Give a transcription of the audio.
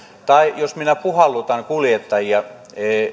tai jos minä puhallutan kuljettajia